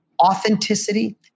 authenticity